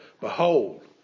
Behold